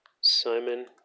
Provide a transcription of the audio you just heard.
Simon